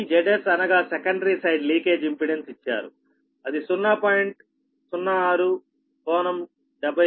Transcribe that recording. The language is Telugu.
ఈ Zs అనగా సెకండరీ సైడ్ లీకేజ్ ఇంపెడెన్స్ ఇచ్చారు అది 0